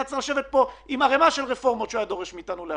הוא היה צריך לשבת פה עם ערימה של רפורמות שהוא דורש מאיתנו לאשר.